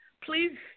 please